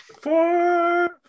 Four